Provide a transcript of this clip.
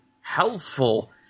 Helpful